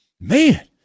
Man